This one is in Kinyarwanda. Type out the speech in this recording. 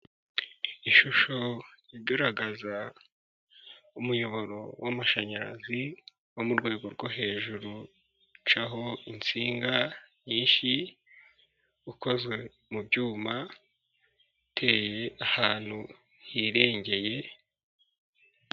Ishusho igaragaza umuyoboro w'amashanyarazi wo mu rwego rwo hejuru ucaho insinga nyinshi, ukozwe mu byuma uteye ahantu hirengeye.